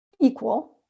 equal